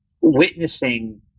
witnessing